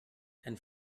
and